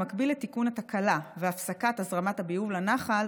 במקביל לתיקון התקלה והפסקת הזרמת הביוב לנחל,